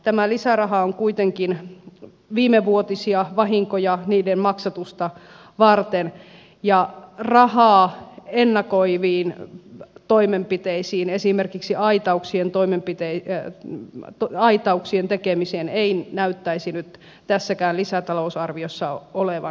tämä lisäraha on kuitenkin viimevuotisten vahinkojen maksatusta varten ja rahaa ennakoiviin toimenpiteisiin esimerkiksi aitauksien tekemiseen ei näyttäisi nyt tässäkään lisätalousarviossa olevan